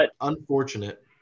unfortunate